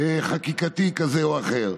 חקיקתי כזה או אחר.